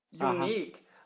unique